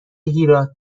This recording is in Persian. هیراد